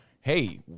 Hey